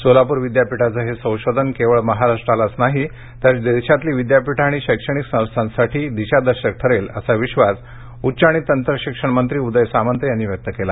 सोलापूर विद्यापीठाचं हे संशोधन फक्त महाराष्ट्रालाच नाही तर देशातली विद्यापीठं आणि शैक्षणिक संस्थांसाठी दिशादर्शक ठरेल असा विश्वास उच्च आणि तंत्रशिक्षण मंत्री उदय सामंत यांनी व्यक्त केला